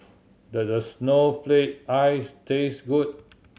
does snowflake ice taste good